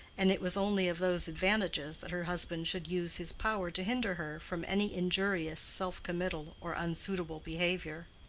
and it was only of those advantages that her husband should use his power to hinder her from any injurious self committal or unsuitable behavior.